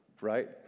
right